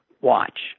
watch